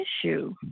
issue